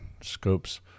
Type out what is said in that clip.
Scopes